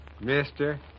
Mister